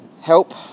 help